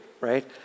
right